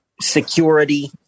security